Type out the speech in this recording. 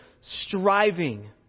striving